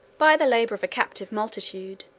by the labor of a captive multitude,